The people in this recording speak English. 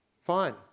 Fine